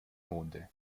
monde